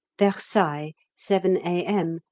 versailles, seven a m,